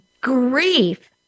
grief